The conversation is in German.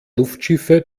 luftschiffe